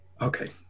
Okay